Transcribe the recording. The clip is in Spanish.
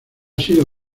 sido